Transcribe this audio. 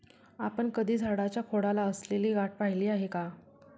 आपण कधी झाडाच्या खोडाला असलेली गाठ पहिली आहे का?